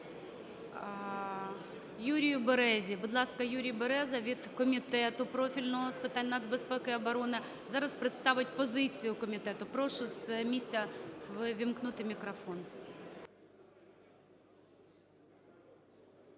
Юрію Березі. Будь ласка, Юрій Береза від Комітету профільного з питань нацбезпеки і оборони зараз представить позицію комітету. Прошу з місця увімкнути мікрофон.